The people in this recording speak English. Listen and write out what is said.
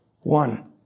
one